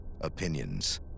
opinions